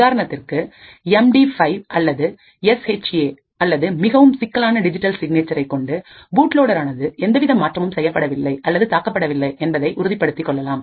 உதாரணத்திற்கு எம்டி 5 அல்லது S H A அல்லது மிகவும் சிக்கலான டிஜிட்டல் சிக்னேச்சர் ஐ கொண்டு பூட்லோடேர் ஆனது எந்தவித மாற்றமும் செய்யப்படவில்லை அல்லது தாக்கப்படவில்லை என்பதை உறுதிப்படுத்திக் கொள்ளலாம்